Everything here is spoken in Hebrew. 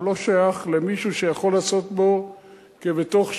הוא לא שייך למישהו שיכול לעשות בו כבתוך שלו.